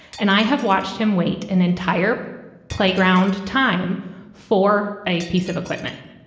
and i have watched him wait an entire playground time for a piece of equipment.